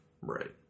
right